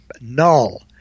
null